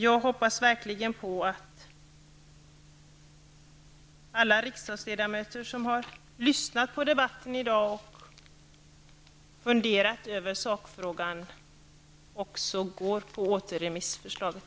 Jag hoppas verkligen att alla riksdagsledamöter som har lyssnat till debatten i dag och funderat över sakfrågan också röstar på återremissförslaget.